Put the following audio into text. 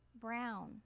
brown